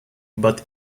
but